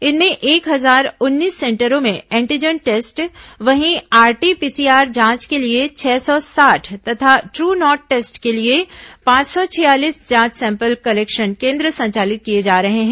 इनमें एक हजार उन्नीस सेंटरों में एंटीजन टेस्ट वहीं आरटी पीसीआर जांच के लिए छह सौ साठ तथा द्रू नॉट टेस्ट के लिए पांच सौ छियालीस जांच सैंपल कलेक्शन केन्द्र संचालित किए जा रहे हैं